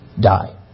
die